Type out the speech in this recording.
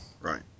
Right